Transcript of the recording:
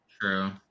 True